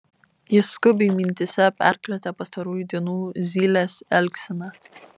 jis skubiai mintyse perkratė pastarųjų dienų zylės elgseną